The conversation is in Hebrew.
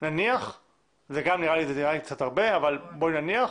זה נראה קצת הרבה אבל בואי נניח.